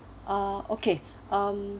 uh okay um